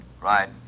right